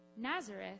Nazareth